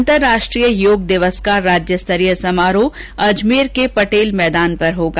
अन्तराष्ट्रीय योग दिवस का राज्य स्तरीय समारोह अजमेर के पटेल मैदान पर होगा